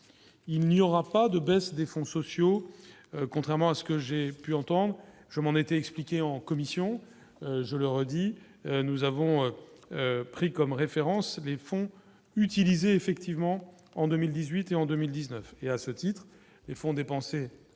il n'y aura pas de baisse des fonds sociaux, contrairement à ce que j'ai pu entendre, je m'en étais expliqué en commission, je le redis, nous avons pris comme référence les fonds utilisés effectivement en 2018 et en 2019, et à ce titre, les fonds dépensés. En